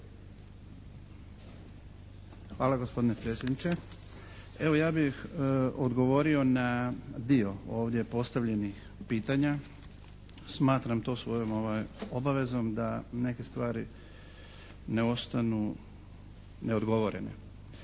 Hvala gospodine predsjedniče. Evo ja bih odgovorio na dio ovdje postavljenih pitanja. Smatram to svojom obavezom da neke stvari ne ostanu neodgovorene.